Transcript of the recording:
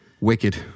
Wicked